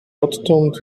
odtąd